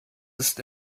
ist